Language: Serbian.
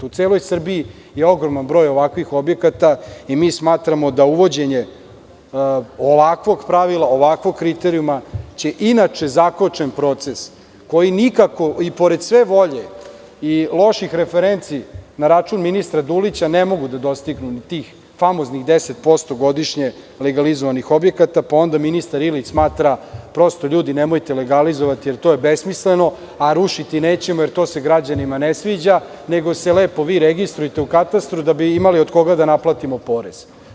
U celoj Srbiji je ogroman broj ovakvih objekata i mi smatramo da će uvođenje ovakvog pravila, ovakvog kriterijuma i inače zakočen proces, koji nikako i pored sve volje i loših referenci na račun ministra Dulića ne može da dostigne ni tih famoznih 10% godišnje legalizovanih objekata, pa onda ministar Ilić smatra – prosto, ljudi, nemojte legalizovati jer to je besmisleno, a rušiti nećemo jer se to građanima ne sviđa, nego se vi lepo registrujte u katastru, da bi imali od koga da naplatimo porez.